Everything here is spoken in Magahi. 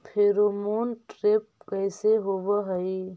फेरोमोन ट्रैप कैसे होब हई?